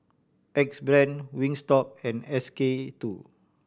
Axe Brand Wingstop and S K Two